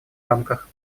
рамках